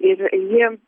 ir ji